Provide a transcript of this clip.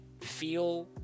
feel